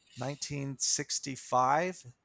1965